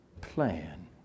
plan